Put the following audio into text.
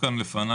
לפיה